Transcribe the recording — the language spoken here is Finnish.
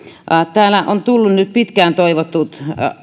tänne on nyt tullut pitkään toivotut